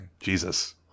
Jesus